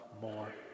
more